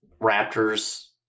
Raptors